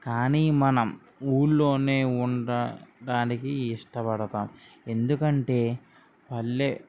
కానీ మనం ఊళ్లోనే ఉండటానికి ఇష్టపడతాం ఎందుకంటే పల్లె